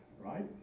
right